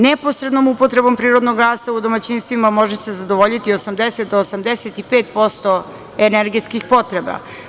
Neposrednom upotrebom prirodnog gasa u domaćinstvima može se zadovoljiti 80-85% energetskih potreba.